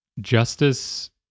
justice